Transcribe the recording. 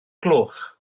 gloch